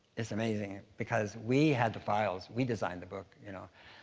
it's amazing because we had the files. we designed the book, you know?